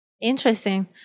Interesting